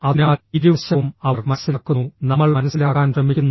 അതിനാൽ ഇരുവശവും അവർ മനസ്സിലാക്കുന്നു നമ്മൾ മനസ്സിലാക്കാൻ ശ്രമിക്കുന്നു